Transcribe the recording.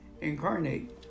incarnate